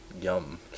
Yum